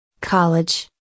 College